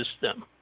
system